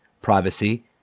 privacy